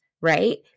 right